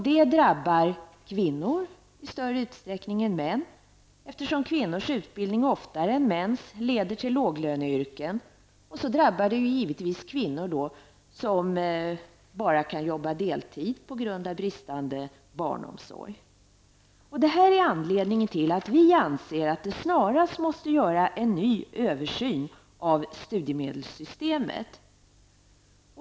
Det drabbar kvinnor i större utsträckning än män, eftersom kvinnors utbildning oftare än mäns leder till låglöneyrken. Givetvis drabbar det kvinnor som bara kan jobba deltid på grund av bristande barnomsorg. Detta är anledningen till att vi anser att det snarast måste göras en ny översyn av studiemedelssystemet.